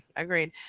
agreed.